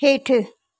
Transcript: हेठि